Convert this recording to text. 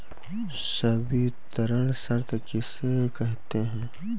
संवितरण शर्त किसे कहते हैं?